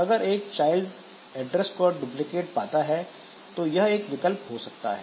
अगर एक child address का डुप्लीकेट पाता है तो यह एक विकल्प हो सकता है